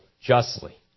justly